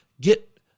get